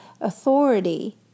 authority